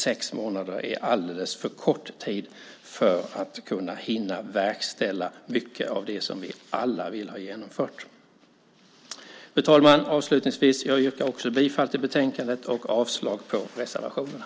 Sex månader är alldeles för kort tid för att hinna verkställa mycket av det som vi alla vill ha genomfört. Fru talman! Avslutningsvis yrkar jag också bifall till förslaget i betänkandet och avslag på reservationerna.